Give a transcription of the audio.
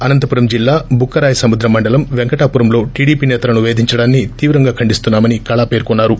అనంతపురం జిల్లా బుక్కరాయ సముద్రం మండలం పెంకటాపురంలో టీడీపీ నేతలను వేధించడాన్ని తీవ్రంగా ఖండిస్తున్నా మని కళా పేర్కొన్నారు